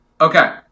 Okay